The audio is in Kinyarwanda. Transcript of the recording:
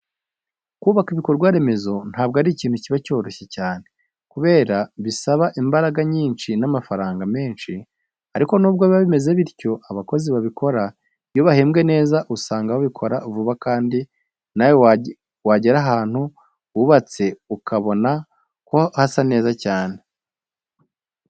Kubaka ibikorwa remezo ntabwo ari ikintu kiba cyoroshye cyane kubera ko bisaba imbaraga nyinshi n'amafaranga menshi, ariko nubwo biba bimeze bityo, abakozi babikora iyo bahembwe neza usanga babikora vuba kandi nawe wagera ahantu bubatse ukabona ko hasa neza cyane.